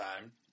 time